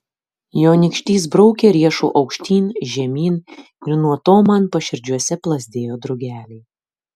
jo nykštys braukė riešu aukštyn žemyn ir nuo to man paširdžiuose plazdėjo drugeliai